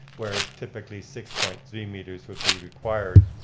whereas typically six point three meters would be required.